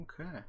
Okay